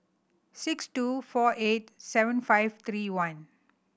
six two four eight seven five three one